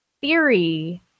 theory